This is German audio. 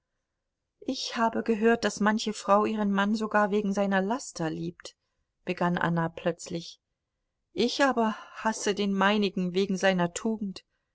ich habe gehört daß manche frau ihren mann sogar wegen seiner laster liebt begann anna plötzlich ich aber hasse den meinigen wegen seiner tugend